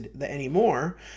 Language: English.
anymore